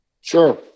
sure